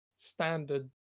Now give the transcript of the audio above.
standard